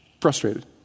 frustrated